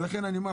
לכן אני אומר,